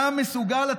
אתה מסוגל?